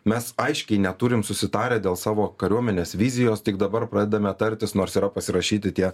mes aiškiai neturim susitarę dėl savo kariuomenės vizijos tik dabar pradedame tartis nors yra pasirašyti tie